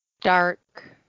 dark